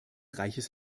reiches